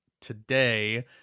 today